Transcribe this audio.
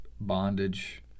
bondage